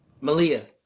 Malia